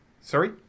sorry